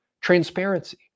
transparency